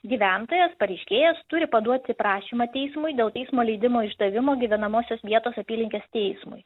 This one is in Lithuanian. gyventojas pareiškėjas turi paduoti prašymą teismui dėl teismo leidimo išdavimo gyvenamosios vietos apylinkės teismui